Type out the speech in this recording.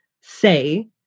say